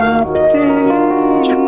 update